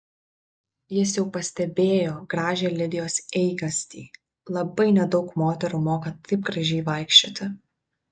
jis jau pastebėjo gražią lidijos eigastį labai nedaug moterų moka taip gražiai vaikščioti